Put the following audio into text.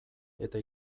eta